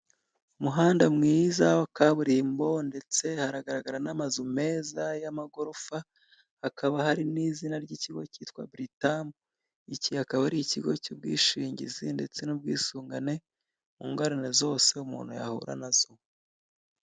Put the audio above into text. Umuhanda mwiza wa kaburimbo, ndetse haragaragara n'amazu meza y'amagorofa, hakaba hari n'izina ry'ikigo cyitwa Buritamu, iki akaba ari ikigo cy'ubwishingizi ndetse n'ubwisungane, mu ngorane zose umuntu yahura na zo.